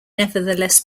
nevertheless